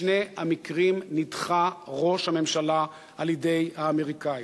בשני המקרים נדחה ראש הממשלה על-ידי האמריקנים.